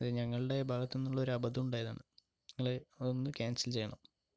അതെ ഞങ്ങളുടെ ഭാഗത്ത് നിന്നുള്ള ഒരബദ്ധം ഉണ്ടായതാണ് നിങ്ങള് അതൊന്ന് ക്യാൻസൽ ചെയ്യണം